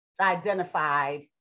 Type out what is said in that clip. identified